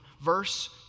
verse